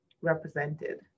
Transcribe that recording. represented